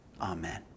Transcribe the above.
Amen